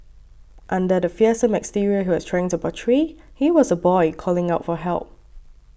under the fearsome exterior he was trying to portray he was a boy calling out for help